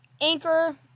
Anchor